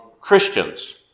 Christians